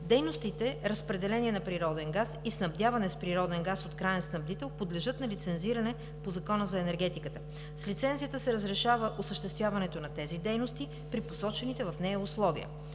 дейностите „разпределение на природен газ“ и „снабдяване с природен газ от краен снабдител“ подлежат на лицензиране по Закона за енергетиката. С лицензията се разрешава осъществяването на тези дейности при посочените в нея условия.